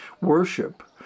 worship